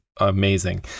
amazing